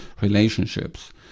relationships